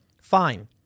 Fine